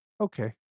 Okay